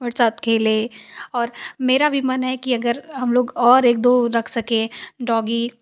मेरे साथ खेले और मेरा भी मन है की अगर हम लोग और एक दो रख सके डागी